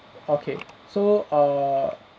okay so err